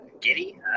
giddy